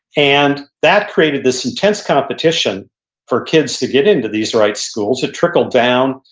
and that created this intense competition for kids to get into these right schools. it trickled down.